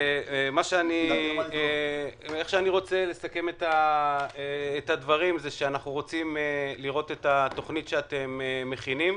אני רוצה לסכם את הדברים: אנחנו רוצים לראות את התכנית שאתם מכינים.